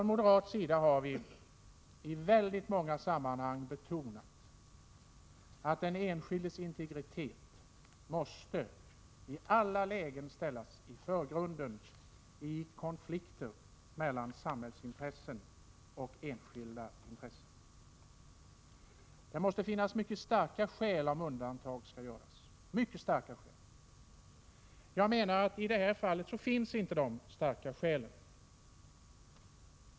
Vi moderater har i väldigt många sammanhang betonat att den enskildes integritet i alla lägen måste sättas i förgrunden vid konflikter mellan samhällsintressen och enskilda intressen. Det måste alltså finnas mycket starka skäl för att undantag skall medges. I det här fallet finns det enligt min mening inte några starka skäl.